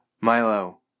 milo